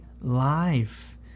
life